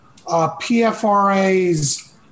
pfra's